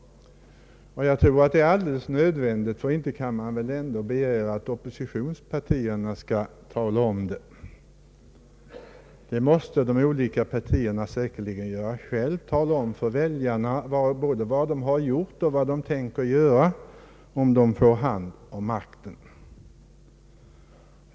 Jag tror att det är alldeles nödvändigt att själv tala om vad man gör; inte kan man väl begära att oppositionspartierna skall göra det. De olika partierna måste tala om för väljarna både vad de gjort och vad de tänker göra om de får makten.